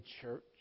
church